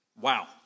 Wow